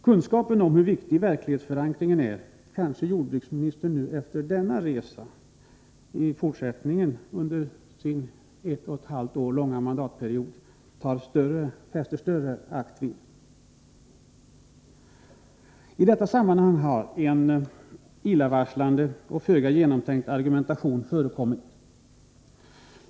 Kunskapen om hur viktig verklighetsförankringen är kanske jordbruksministern efter denna resa fäster större vikt vid under de ett och ett halvt år som återstår av mandatperioden. I detta sammanhang har en illavarslande och föga genomtänkt argumentation förekommit.